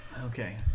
Okay